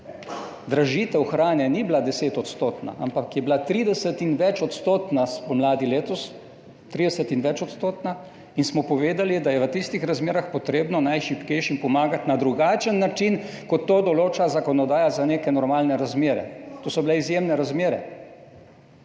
dražitev hrane ni bila 10-odstotna, ampak je bila 30 in več odstotna, spomladi letos 30 in več odstotna, in smo povedali, da je v tistih razmerah treba najšibkejšim pomagati na drugačen način, kot to določa zakonodaja za neke normalne razmere. To so bile izjemne razmere.